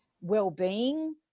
well-being